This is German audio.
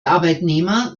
arbeitnehmer